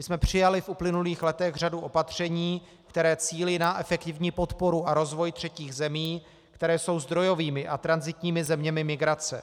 My jsme přijali v uplynulých letech řadu opatření, která cílí na efektivní podporu a rozvoj třetích zemí, které jsou zdrojovými a tranzitními zeměmi migrace.